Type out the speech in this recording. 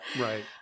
right